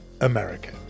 America